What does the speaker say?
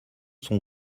sont